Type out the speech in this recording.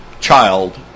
child